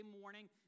morning